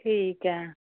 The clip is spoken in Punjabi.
ਠੀਕ ਹੈ